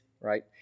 right